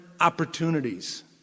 opportunities